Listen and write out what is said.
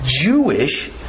Jewish